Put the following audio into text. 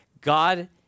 God